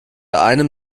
einem